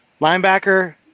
Linebacker